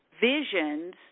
visions